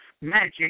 magic